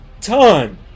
ton